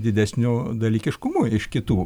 didesniu dalykiškumu iš kitų